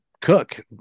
Cook